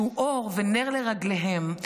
שהוא אור ונר לרגליהם,